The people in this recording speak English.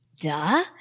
Duh